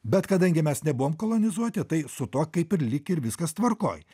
bet kadangi mes nebuvom kolonizuoti tai su tuo kaip ir lyg ir viskas tvarkoj